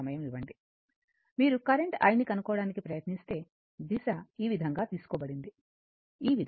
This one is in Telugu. సమయం ఇవ్వండి మీరు కరెంటు i ని కనుక్కోవడానికి ప్రయత్నిస్తే దిశ ఈ విధంగా తీసుకోబడింది ఈ విధంగా